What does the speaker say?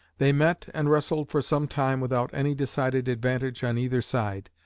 they met and wrestled for some time without any decided advantage on either side.